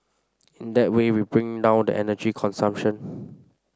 in that way we bring down the energy consumption